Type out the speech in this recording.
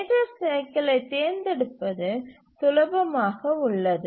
major சைக்கிலை தேர்ந்தெடுப்பது சுலபமாக உள்ளது